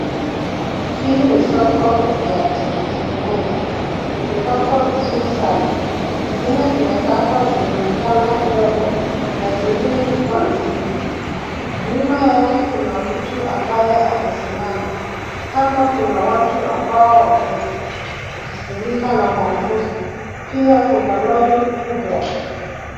Hii ni soko ya tikitimaji, imepangwa vizuri sana. Zingine zimekatwa zinaonekana rembo na zingine ziko nzima. Nyuma yake kuna mtu ambaye amesimama. Kando kuna watu ambao wamejifunika na mwavuli. Pia kuna lori kubwa.